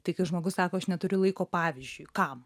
tai kai žmogus sako aš neturiu laiko pavyzdžiui kam